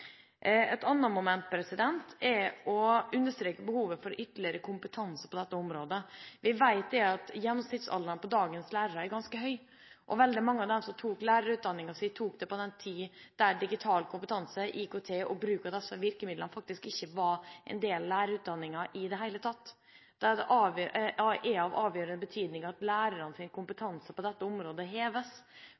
Et annet moment jeg vil understreke, er behovet for ytterligere kompetanse på dette området. Vi vet at gjennomsnittsalderen på dagens lærere er ganske høy, og veldig mange av dem tok lærerutdanningen sin på den tiden da digital kompetanse, IKT og bruk av disse virkemidlene faktisk ikke var en del av lærerutdanningen i det hele tatt. Det er av avgjørende betydning at lærernes kompetanse på dette området heves